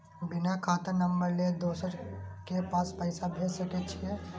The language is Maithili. बिना खाता नंबर लेल दोसर के पास पैसा भेज सके छीए?